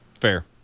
Fair